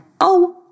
Oh